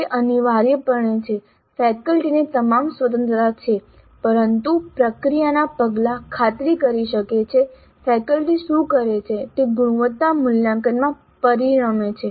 તે અનિવાર્યપણે છે ફેકલ્ટીને તમામ સ્વતંત્રતા છે પરંતુ પ્રક્રિયાના પગલાં ખાતરી કરે છે કે ફેકલ્ટી શું કરે છે તે ગુણવત્તા મૂલ્યાંકનમાં પરિણમે છે